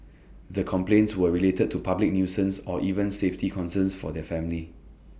the complaints were related to public nuisance or even safety concerns for their families